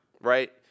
right